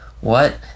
What